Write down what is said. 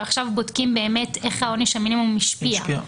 ועכשיו בודקים איך עונש המינימום השפיע.